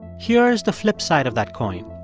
here's the flip side of that coin.